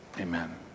Amen